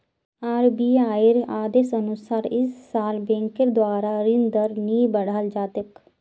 आरबीआईर आदेशानुसार इस साल बैंकेर द्वारा ऋण दर नी बढ़ाल जा तेक